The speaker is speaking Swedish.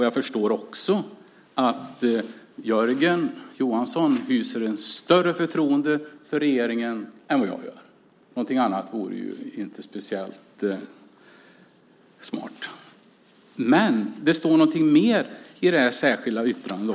Jag förstår också att Jörgen Johansson hyser ett större förtroende för regeringen än vad jag gör. Något annat vore inte speciellt smart. Men det står något mer i det särskilda yttrandet.